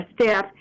staff